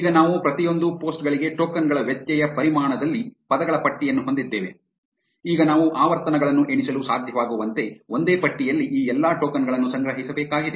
ಈಗ ನಾವು ಪ್ರತಿಯೊಂದು ಪೋಸ್ಟ್ ಗಳಿಗೆ ಟೋಕನ್ ಗಳ ವ್ಯತ್ಯಯ ಪರಿಮಾಣದಲ್ಲಿ ಪದಗಳ ಪಟ್ಟಿಯನ್ನು ಹೊಂದಿದ್ದೇವೆ ಈಗ ನಾವು ಆವರ್ತನಗಳನ್ನು ಎಣಿಸಲು ಸಾಧ್ಯವಾಗುವಂತೆ ಒಂದೇ ಪಟ್ಟಿಯಲ್ಲಿ ಈ ಎಲ್ಲಾ ಟೋಕನ್ ಗಳನ್ನು ಸಂಗ್ರಹಿಸಬೇಕಾಗಿದೆ